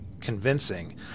convincing